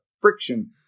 friction